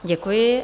Děkuji.